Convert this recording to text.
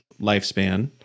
lifespan